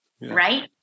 right